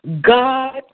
God